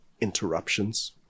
interruptions